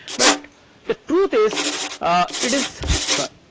but the truth is it is sort